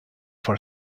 for